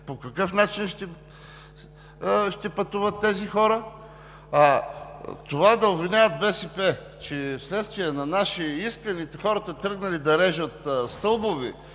по какъв начин ще пътуват тези хора? Да обвиняват БСП, че вследствие на наши искания хората тръгнали да режат стълбове,